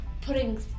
putting